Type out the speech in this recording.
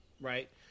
Right